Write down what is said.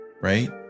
right